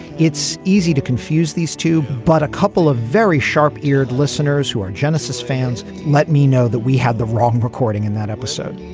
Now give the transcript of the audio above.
it's easy to confuse these two, but a couple of very sharp eared listeners who are genesis fans. let me know that we had the wrong recording in that episode.